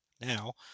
Now